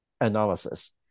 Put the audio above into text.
analysis